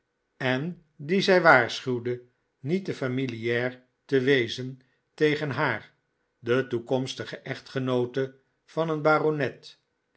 en dien zij waarschuwde niet te familiaar te wezen tegen haar de toekomstige echtgenoote van een baronet